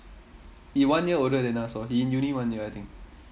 he one year older than us hor he uni one year I think